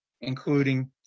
including